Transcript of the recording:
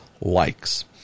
likes